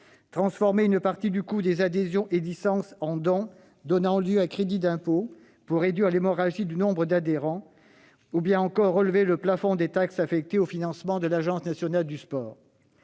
transformer une partie du coût des adhésions et licences en dons donnant lieu à crédit d'impôt pour réduire l'hémorragie du nombre d'adhérents ; enfin, relever le plafond des taxes affectées au financement de l'Agence nationale du sport.